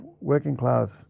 working-class